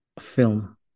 film